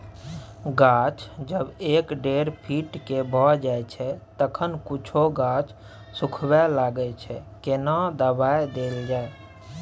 गाछ जब एक डेढ फीट के भ जायछै तखन कुछो गाछ सुखबय लागय छै केना दबाय देल जाय?